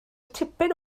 tipyn